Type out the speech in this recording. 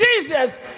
Jesus